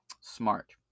Smart